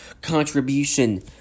contribution